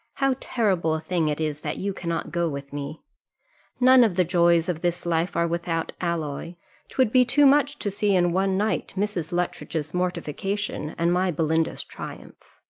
how terrible a thing it is that you cannot go with me none of the joys of this life are without alloy twould be too much to see in one night mrs. luttridge's mortification, and my belinda's triumph.